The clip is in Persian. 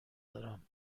دارم